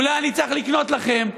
אולי אני צריך לקנות לכם,